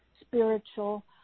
spiritual